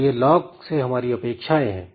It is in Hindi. तो यह लॉक से हमारी अपेक्षाएं हैं